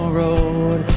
road